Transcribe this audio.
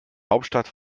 hauptstadt